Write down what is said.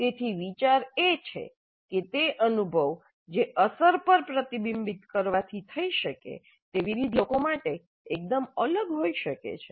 તેથી વિચાર એ છે કે તે અનુભવ જે અસર પર પ્રતિબિંબિત કરવાથી થઈ શકે છે તે વિવિધ લોકો માટે એકદમ અલગ હોઈ શકે છે